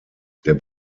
der